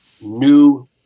new